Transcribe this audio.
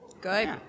Good